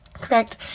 correct